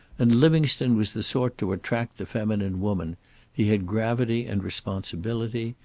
and livingstone was the sort to attract the feminine woman he had gravity and responsibility.